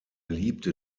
liebte